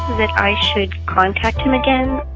that i should contact him again?